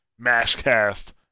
MashCast